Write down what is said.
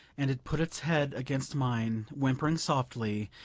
and it put its head against mine, whimpering softly,